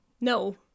No